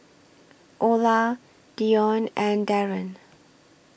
Olar Dione and Darren